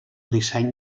disseny